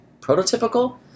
prototypical